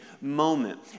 moment